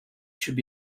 should